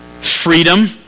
freedom